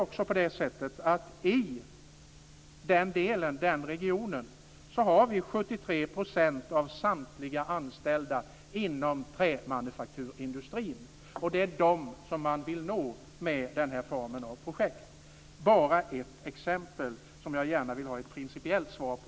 I denna region har vi 73 % av samtliga anställda inom trämanufakturindustrin, och det är dem man vill nå med den här formen av projekt. Detta är bara ett exempel, som jag gärna vill ha ett principiellt svar på.